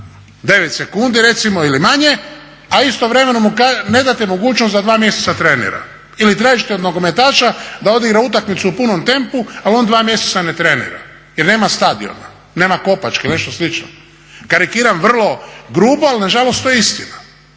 9 sekundi recimo ili manje a istovremeno mu ne date mogućnost da 2 mjeseca trenira. Ili tražite od nogometaša da odigra utakmicu u punom tempu al on 2 mjeseca ne trenira jer nema stadiona, nema kopačke i nešto slično. Karikiram vrlo grubo ali nažalost to je istina.